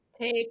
take